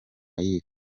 yves